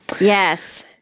Yes